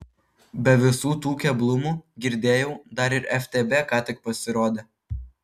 be visų tų keblumų girdėjau dar ir ftb ką tik pasirodė